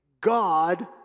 God